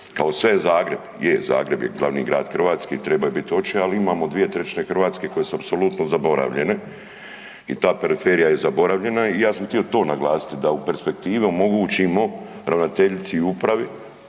kao sve je Zagreb, je, Zagreb je glavni grad Hrvatske i treba bit i oće ali imamo 2/3 Hrvatske koje su apsolutno zaboravljene i ta periferija je zaboravljena i ja sam htio to naglasiti, da u perspektivi omogućimo ravnateljici i upravi